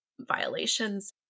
violations